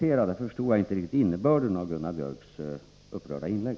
Mot denna bakgrund förstod jag inte riktigt innebörden av Gunnar Biörcks upprörda inlägg.